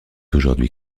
aujourd’hui